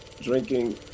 Drinking